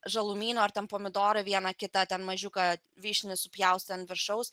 žalumynų ar tam pomidoro vieną kitą ten mažiuką vyšnynį supjaustai ant viršaus